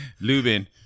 Lubin